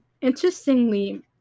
interestingly